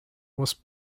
was